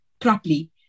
properly